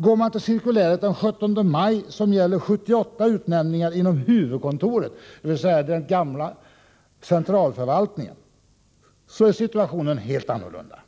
Studerar man cirkuläret av den 17 maj som gäller 78 utnämningar inom huvudkontoret — dvs. den gamla centralförvaltningen — finner man att situationen där är helt annorlunda.